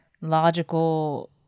logical